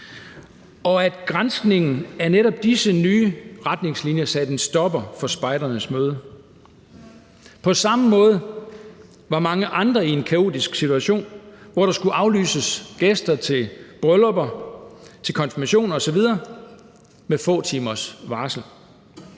og at granskningen af netop disse nye retningslinjer satte en stopper for spejdernes møde. På samme måde var mange andre i en kaotisk situation, hvor der skulle aflyses gæster til bryllupper, til konfirmationer osv. med få timers varsel.